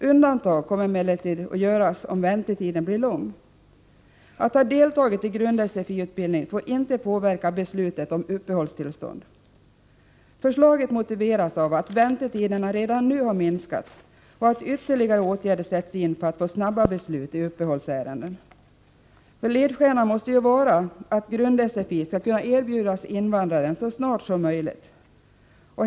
Undantag kan emellertid göras om väntetiden blir lång. Att en person har deltagit i grund-SFI-utbildning får inte påverka beslutet om uppehållstillstånd. Förslaget motiveras av att väntetiderna redan nu har minskat och att ytterligare åtgärder sätts in för att få snabba beslut i uppehållsärenden. Ledstjärnan måste vara att grund-SFI skall kunna erbjudas invandraren så snart som möjligt.